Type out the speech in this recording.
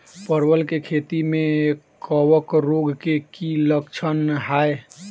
परवल केँ खेती मे कवक रोग केँ की लक्षण हाय?